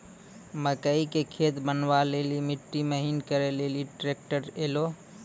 मकई के खेत बनवा ले ली मिट्टी महीन करे ले ली ट्रैक्टर ऐलो?